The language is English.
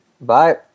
Bye